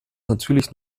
natürlich